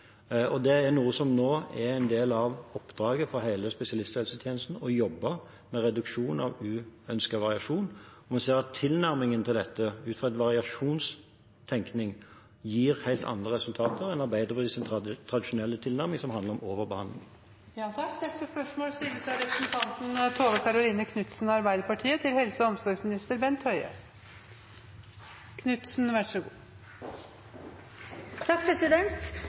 Det er noe som nå er en del av oppdraget for hele spesialisthelsetjenesten, å jobbe med reduksjon av uønsket variasjon. Vi ser at tilnærmingen til dette, utfra en variasjonstenkning, gir helt andre resultater enn Arbeiderpartiets tradisjonelle tilnærming, som handler om overbehandling. «Ulike privatiseringstiltak som f.eks. Fritt behandlingsvalg bidrar til å samle ressurser i helsesektoren i de mest sentrale strøk og